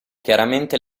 chiaramente